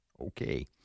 Okay